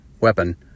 weapon